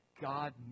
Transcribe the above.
God